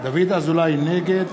נגד